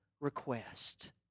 request